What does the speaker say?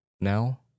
now